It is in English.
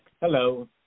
Hello